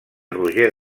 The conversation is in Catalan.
roger